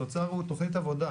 התוצר הוא תוכנית עבודה,